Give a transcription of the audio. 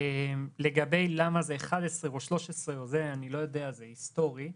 לגבי השאלה למה זה 13% אני לא יודע, זה היסטוריה.